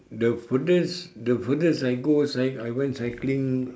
the furthest the furthest I go cyc~ I went cycling